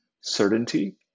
certainty